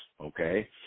Okay